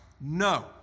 No